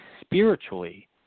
spiritually